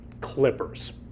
Clippers